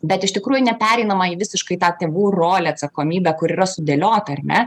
bet iš tikrųjų nepereinama į visiškai tą tėvų rolę atsakomybę kur yra sudėliota ar ne